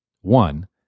One